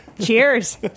Cheers